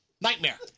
Nightmare